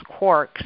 quarks